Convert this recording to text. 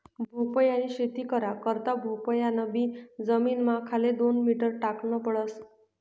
भोपयानी शेती करा करता भोपयान बी जमीनना खाले दोन मीटर टाकन पडस